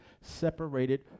separated